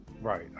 Right